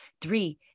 three